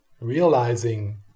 realizing